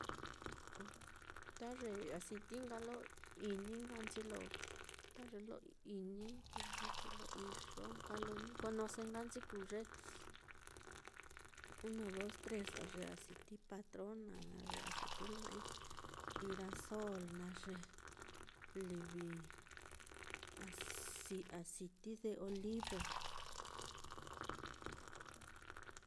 N ta ye aciti nka lo ini nka nchi lo, ta ye lo ini nkanchi lo iyo nka lo ni conoce nka nchi kuu ye, uno, dos, tres á, ye aciti patrona naá, ye aciti lo ja'ai girasol naá, ye livi as-asiti de olivo naá.